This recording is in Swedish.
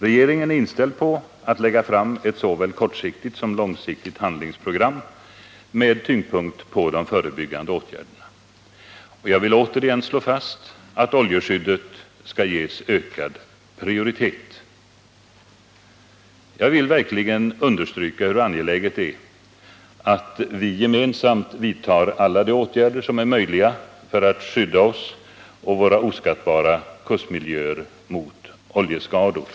Regeringen är inställd på att lägga fram ett såväl kortsiktigt som långsiktigt handlingsprogram med tyngdpunkten på de förebyggande åtgärderna. Jag vill återigen slå fast att oljeskyddet skall ges ökad prioritet, och jag understryker verkligen hur angeläget det är att vi gemensamt vidtar alla de åtgärder som är möjliga för att skydda oss och våra oskattbara kustmiljöer mot oljeskador.